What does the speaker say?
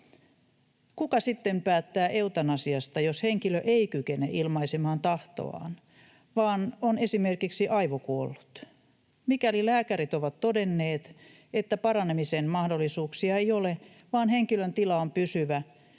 Kuka sitten päättää eutanasiasta, jos henkilö ei kykene ilmaisemaan tahtoaan vaan on esimerkiksi aivokuollut? Mikäli lääkärit ovat todenneet, että paranemisen mahdollisuuksia ei ole, vaan henkilön tila on pysyvä,